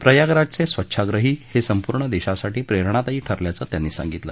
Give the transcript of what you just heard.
प्रयागराजचे स्वच्छाग्रही हे संपूर्ण देशासाठी प्रेरणादायी ठरल्याचं त्यांनी सांगितलं